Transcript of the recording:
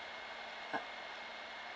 ah